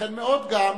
וייתכן מאוד גם,